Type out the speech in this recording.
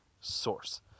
source